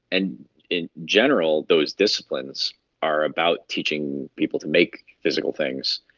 and in general those disciplines are about teaching people to make physical things,